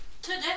Today